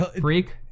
Freak